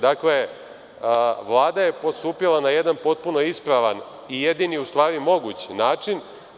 Dakle, Vlada je postupila na jedna potpuno ispravan i jedini u stvari mogući način.